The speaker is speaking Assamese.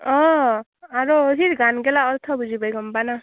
অঁ আৰু হয় কি গান গেলা অৰ্থ বুজি পায় গম পাৱ না